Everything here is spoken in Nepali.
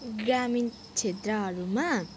ग्रामीण क्षेत्रहरूमा